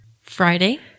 friday